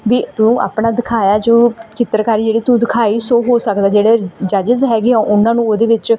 ਵੀ ਤੂੰ ਆਪਣਾ ਦਿਖਾਇਆ ਜੋ ਚਿੱਤਰਕਾਰੀ ਜਿਹੜੀ ਤੂੰ ਦਿਖਾਈ ਸੋ ਹੋ ਸਕਦਾ ਜਿਹੜੇ ਜੱਜਸ ਹੈਗੇ ਹੈ ਉਹਨਾਂ ਨੂੰ ਉਹਦੇ ਵਿੱਚ